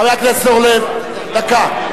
חבר הכנסת אורלב, דקה.